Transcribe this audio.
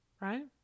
right